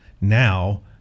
Now